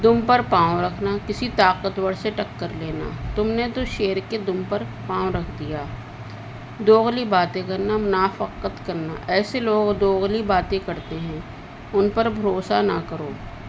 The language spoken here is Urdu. دم پر پاؤں رکھنا کسی طاقت ور سے ٹکر لینا تم نے تو شعیر کے دم پر پاؤں رکھ دیا دوغلی باتیں کرناناافقت کرنا ایسے لوگ دوغلی باتیں کرتے ہیں ان پر بھروسہ نہ کرو